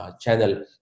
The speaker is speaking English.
channel